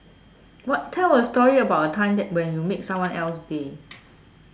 what tell a story about a time that when you made someone else day